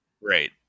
Right